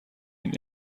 این